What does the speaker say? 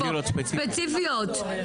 ספציפיות.